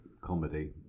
comedy